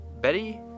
Betty